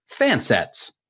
Fansets